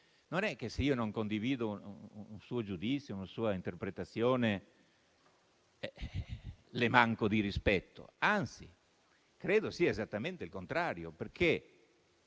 non è che, se io non condivido un suo giudizio o una sua interpretazione, le manco di rispetto. Anzi, credo sia esattamente il contrario, perché